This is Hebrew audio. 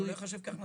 לא ייחשב כהכנסה.